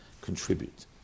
contribute